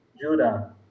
Judah